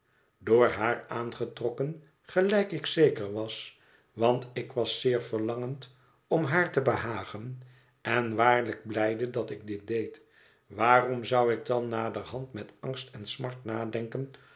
door haar aangetrokken gelijk ik zeker was want ik was zeer verlangend om haar te behagen en waarlijk blijde dat ik dit deed waarom zou ik dan naderhand met angst en smart nadenken